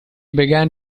began